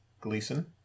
Gleason